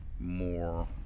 more